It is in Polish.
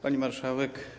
Pani Marszałek!